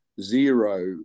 zero